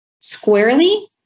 Squarely